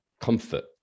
comfort